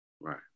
Right